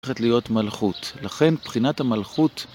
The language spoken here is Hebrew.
הולכת להיות מלכות, לכן בחינת המלכות